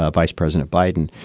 ah vice president biden.